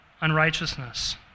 unrighteousness